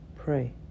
Pray